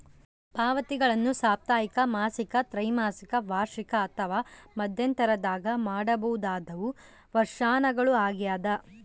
ಪಾವತಿಗಳನ್ನು ಸಾಪ್ತಾಹಿಕ ಮಾಸಿಕ ತ್ರೈಮಾಸಿಕ ವಾರ್ಷಿಕ ಅಥವಾ ಮಧ್ಯಂತರದಾಗ ಮಾಡಬಹುದಾದವು ವರ್ಷಾಶನಗಳು ಆಗ್ಯದ